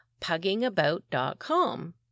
puggingabout.com